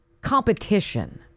competition